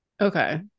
okay